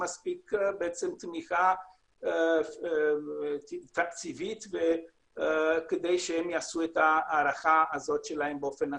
מספיק תמיכה תקציבית כדי שהן יעשו את ההערכה שלהן באופן עצמאי.